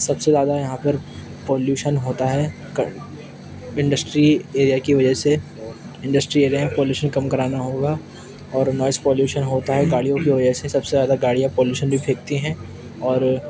سب سے زیادہ یہاں پر پالیوشن ہوتا ہے انڈشٹری ایریا کی وجہ سے انڈشٹری ایریا میں پالیوشن کم کرانا ہوگا اور نوائز پالیوشن ہوتا ہے گاڑیوں کی وجہ سے سب سے زیادہ گاڑیاں پالیوشن بھی پھیکتی ہیں اور